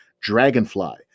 DRAGONFLY